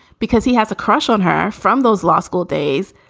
because he has a crush on her from those law school days,